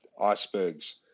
icebergs